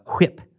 whip